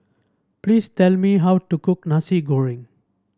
please tell me how to cook Nasi Goreng